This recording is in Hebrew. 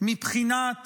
מבחינת